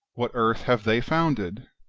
what earth have they founded?